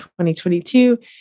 2022